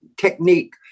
technique